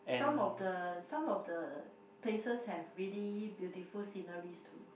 some of the some of the places have really beautiful sceneries too